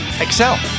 excel